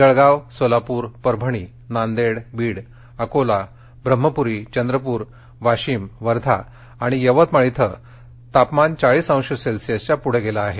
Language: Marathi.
जळगाव सोलापूर परभणी नांदेड बीड अकोला ब्रह्मपूरी चंद्रपूर वाशिम वर्धा यवतमाळ इथं तापमान चाळीस अंश सेल्सिअसच्या पुढं होतं